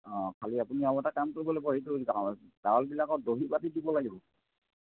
অঁ খালি আপুনি আৰু এটা কাম কৰিব লাগিব সেইটো টাৱেল টাৱেলবিলাকত দহি বাতি দিব লাগিব